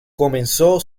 comenzó